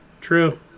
True